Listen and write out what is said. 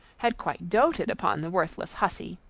had quite doted upon the worthless hussy,